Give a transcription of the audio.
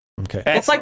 Okay